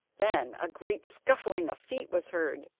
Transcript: then a great scuffling of feet was heard,